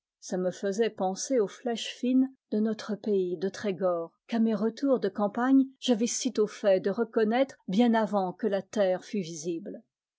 ça me faisait penser aux flèches fines de notre pays de trégor qu'à mes retours de campagne j'avais si tôt fait de reconnaître bien avant que la terre fût visible